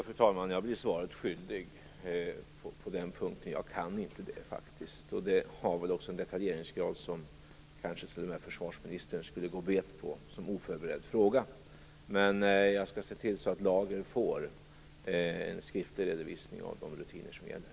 Fru talman! Jag blir svaret skyldig på den punkten. Jag kan faktiskt inte det, och detta har väl också en detaljeringsgrad som kanske t.o.m. försvarsministern skulle gå bet på om han fick en oförberedd fråga. Men jag skall se till att Lager får en skriftlig redovisning av de rutiner som gäller.